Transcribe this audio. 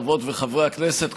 חברות וחברי הכנסת,